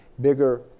bigger